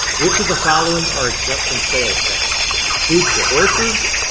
which of the following are exempt from sales tax food for horses,